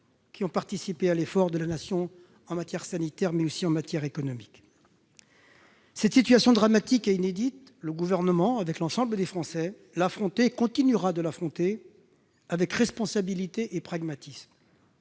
qui ont participé à l'effort de la Nation en matière sanitaire, mais aussi en matière économique. Cette situation dramatique et inédite, le Gouvernement- avec l'ensemble des Français -l'a affrontée, et continuera de l'affronter, avec responsabilité et pragmatisme.